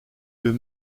eux